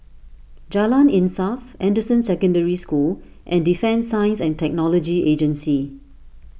Jalan Insaf Anderson Secondary School and Defence Science and Technology Agency